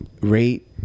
Rate